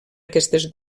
aquestes